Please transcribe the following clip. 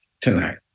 tonight